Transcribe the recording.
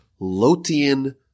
Lotian